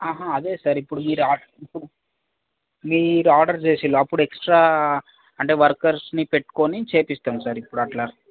అదే సార్ ఇప్పుడు మీరు ఆర్డర్ ఇప్పుడు మీరు ఆర్డర్ చేసిర్రు అప్పుడు ఎక్స్ట్రా అంటే వర్కర్స్ని పెట్టుకొని చేయిపిస్తాం సార్ ఇప్పుడు అట్లా